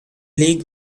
league